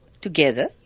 together